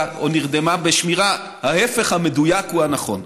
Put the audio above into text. או נרדמה בשמירה ההפך המדויק הוא הנכון.